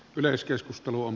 yleiskeskustelu on